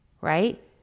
Right